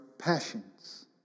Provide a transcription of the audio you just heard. passions